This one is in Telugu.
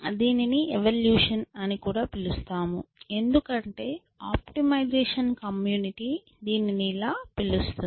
దీనిని ఎవొల్యూషన్ అని పిలుస్తాము ఎందుకంటే ఆప్టిమైజేషన్ కమ్యూనిటీ దీనిని ఇలా పిలుస్తుంది